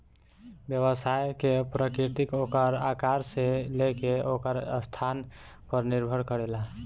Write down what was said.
व्यवसाय के प्रकृति ओकरा आकार से लेके ओकर स्थान पर निर्भर करेला